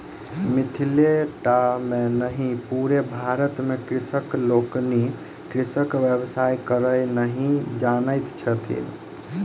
मिथिले टा मे नहि पूरे भारत मे कृषक लोकनि कृषिक व्यवसाय करय नहि जानैत छथि